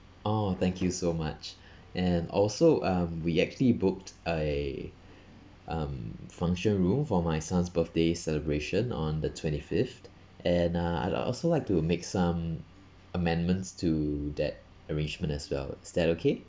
oh thank you so much and also um we actually booked a um function room for my son's birthday celebration on the twenty fifth and uh I'd also like to make some amendments to that arrangement as well is that okay